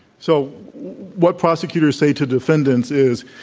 so what prosecutors say to defendants is,